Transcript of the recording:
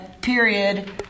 period